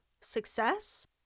success